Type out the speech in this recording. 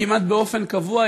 כמעט באופן קבוע,